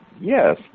yes